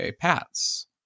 paths